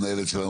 המנהלת שלנו,